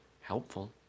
Helpful